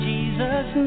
Jesus